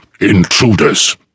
Intruders